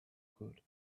good